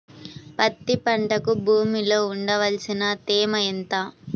పత్తి పంటకు భూమిలో ఉండవలసిన తేమ ఎంత?